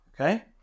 Okay